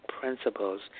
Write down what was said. principles